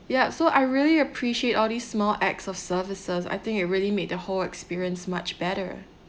ya so I really appreciate all these small acts of services I think it really made the whole experience much better